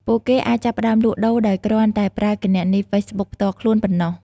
ពួកគេអាចចាប់ផ្តើមលក់ដូរដោយគ្រាន់តែប្រើគណនីហ្វេសប៊ុកផ្ទាល់ខ្លួនប៉ុណ្ណោះ។